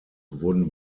wurden